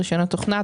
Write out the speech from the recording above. רישיונות תוכנה,